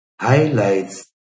highlights